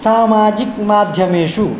सामाजिक माध्यमेषु